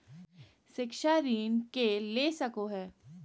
शिक्षा ऋण के ले सको है?